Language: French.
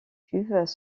cuves